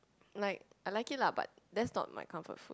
like I like it lah but that's not my comfort food